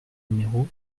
numéro